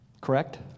correct